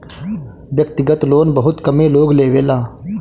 व्यक्तिगत लोन बहुत कमे लोग लेवेला